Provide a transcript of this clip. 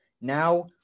now